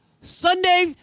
Sunday